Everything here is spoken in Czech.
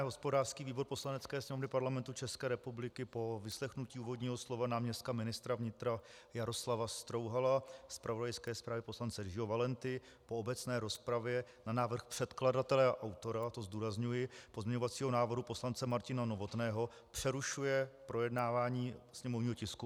Hospodářský výbor Poslanecké sněmovny Parlamentu České republiky po vyslechnutí úvodního slova náměstka ministra vnitra Jaroslava Strouhala, zpravodajské zprávě poslance Jiřího Valenty, po obecné rozpravě na návrh předkladatele a autora to zdůrazňuji pozměňovacího návrhu poslance Martina Novotného přerušuje projednávání sněmovního tisku 852.